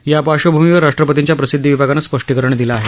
या पार्श्वभूमीवर राष्ट्रपतींच्या प्रसिद्धी विभागानं स्पष्टीकरण दिलं आहे